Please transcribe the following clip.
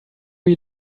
you